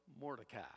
Mordecai